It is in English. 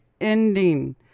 ending